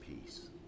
peace